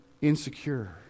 insecure